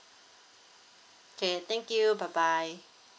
okay thank you bye bye